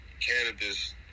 cannabis